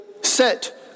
set